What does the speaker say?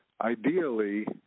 ideally